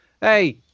hey